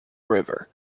river